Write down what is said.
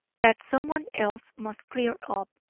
that someone else must clear up.